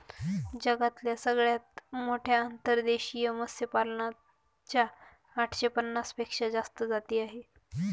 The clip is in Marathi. जगातल्या सगळ्यात मोठ्या अंतर्देशीय मत्स्यपालना च्या आठशे पन्नास पेक्षा जास्त जाती आहे